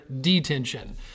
detention